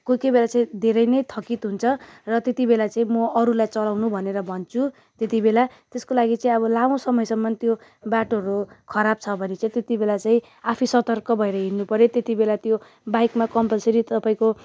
कोही कोही बेला चाहिँ धेरै नै थकित हुन्छ र त्यति बेला चाहिँ म अरूलाई चलाउनु भनेर भन्छु त्यति बेला त्यसको लागि चाहिँ लामो समयसम्म अब त्यो बाटोहरू खराब छ भने चाहिँ त्यति बेला चाहिँ आफै सतर्क भएर हिँड्नु पऱ्यो त्यति बेला त्यो बाइकमा कम्पलसरी तपाईँको